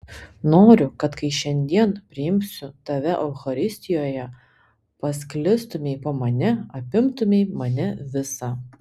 noriu kad kai šiandien priimsiu tave eucharistijoje pasklistumei po mane apimtumei mane visą